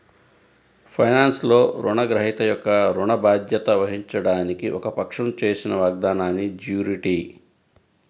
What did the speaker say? ఫైనాన్స్లో, రుణగ్రహీత యొక్క ఋణ బాధ్యత వహించడానికి ఒక పక్షం చేసిన వాగ్దానాన్నిజ్యూరిటీ